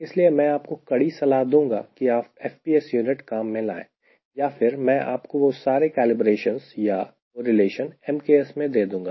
इसलिए मैं आपको कड़ी सलाह दूंगा कि आप FPS unit काम में लाएं या फिर मैं आपको वह सारे कैलिब्रेशंस या कोरिलेशन MKS में दे दूंगा